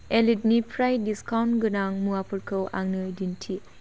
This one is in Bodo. एलिटनिफ्राय डिसकाउन्ट गोनां मुवाफोरखौ आंनो दिन्थि